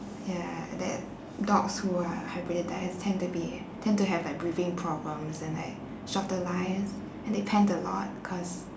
ya that dogs who are hybridise tend to be tend to have like breathing problems and like shorter lives and they pant a lot cause